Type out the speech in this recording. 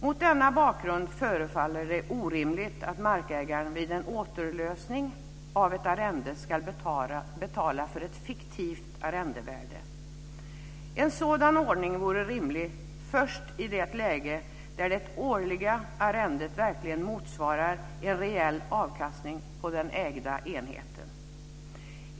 Mot denna bakgrund förefaller det orimligt att markägaren vid en återlösning av ett arrende ska betala för ett fiktivt arrendevärde. En sådan ordning vore rimlig först i det läge där det årliga arrendet verkligen motsvarar en reell avkastning på den ägda enheten.